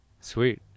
Sweet